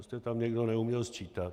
Prostě tam někdo neuměl sčítat.